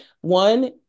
one